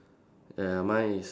ya mine is